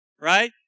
Right